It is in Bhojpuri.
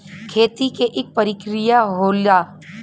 खेती के इक परिकिरिया होला